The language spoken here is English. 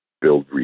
build